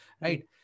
right